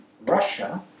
Russia